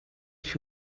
few